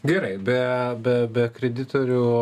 gerai be be be kreditorių